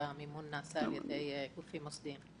המימון נעשה על ידי גופים מוסדיים.